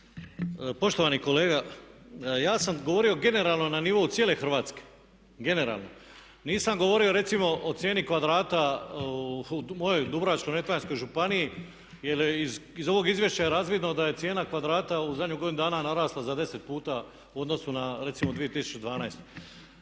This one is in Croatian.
Poštovani kolega ja sam govorio generalno na nivou cijele Hrvatske, nisam govorio recimo o cijeni kvadrata u mojoj Dubrovačko-neretvanskoj županiji jer iz ovog izvješća je razvidno da je cijena kvadrata u zadnjih godinu dana narasla za 10 puta u odnosu na recimo 2012.